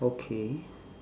okay